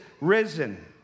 risen